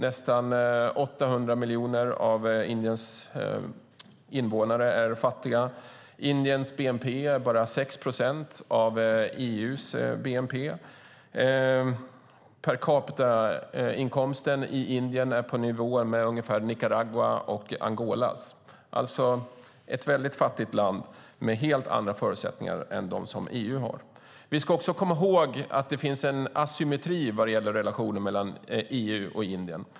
Nästan 800 miljoner av Indiens invånare är fattiga, och Indiens bnp är bara 6 procent av EU:s bnp. Indiens per capita-inkomst är ungefär på nivå med Nicaraguas och Angolas. Det är alltså ett väldigt fattigt land med helt andra förutsättningar än dem EU har. Vi ska också komma ihåg att det finns en asymmetri vad gäller relationen mellan EU och Indien.